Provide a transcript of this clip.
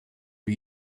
for